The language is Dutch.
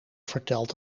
verteld